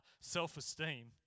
self-esteem